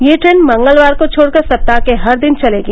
यह ट्रेन मंगलवार को छोड़कर सप्ताह के हर दिन चलेगी